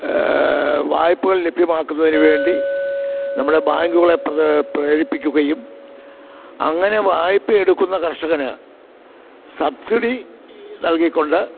വായ്പ്പകൾ ലഭ്യമാക്കുന്നതിന് വേണ്ടി നമ്മുടെ ബാങ്കുകളെ പ്രേരിപ്പിക്കുകയും അങ്ങനെ വായ്പ്പ എടുക്കുന്ന കർഷകന് സബ്സിഡി നൽകിക്കൊണ്ട്